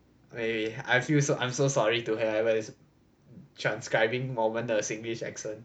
maybe I feel so I'm so sorry to whoever is transcribing 我们的 singlish accent